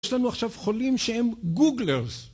יש לנו עכשיו חולים שהם גוגלרס.